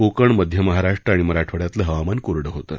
कोकण मध्य महाराष्ट्र आणि मराठवाड्यातलं हवामान कोरडं होतं